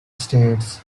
states